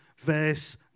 verse